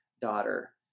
daughter